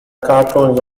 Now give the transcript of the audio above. cartoons